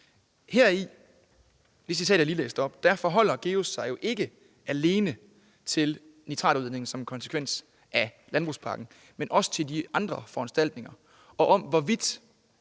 jeg lige læste op, forholder GEUS sig jo ikke alene til nitratudledningen som en konsekvens af landbrugspakken, men også til de andre foranstaltninger, og hvorvidt